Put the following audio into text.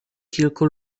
kilku